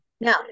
Now